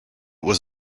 was